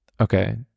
Okay